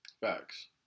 Facts